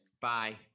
Bye